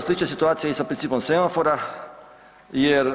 Slična situacija i sam principom semafora jer